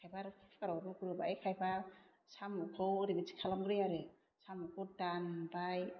खायफा आरो खुखाराव रुग्रोबाय खायफा साम'खौ ओरैबादि खालामग्रोयो आरो साम'खौ दानबाय